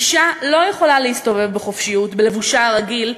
אישה לא יכולה להסתובב בחופשיות בלבושה הרגיל,